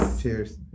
Cheers